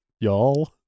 Y'all